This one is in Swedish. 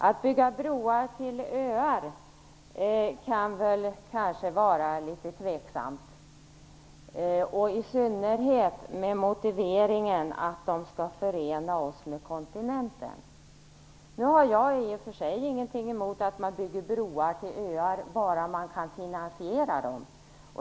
Att bygga broar till öar kan kanske vara litet tveksamt, i synnerhet med motiveringen att de skall förena oss med kontinenten. Nu har jag i och för sig ingenting emot att man bygger broar till öar, bara man kan finansiera dem.